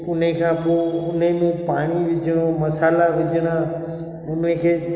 उन खां पोइ उन में पाणी विझिणो मसाल्हा विझिणा उन खे